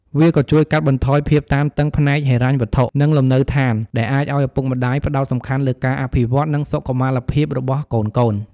វាក៏ជួយកាត់បន្ថយភាពតានតឹងផ្នែកហិរញ្ញវត្ថុ និងលំនៅឋាន ដែលអាចឲ្យឪពុកម្ដាយផ្ដោតសំខាន់លើការអភិវឌ្ឍន៍ និងសុខុមាលភាពរបស់កូនៗ។